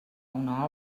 una